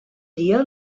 dia